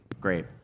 Great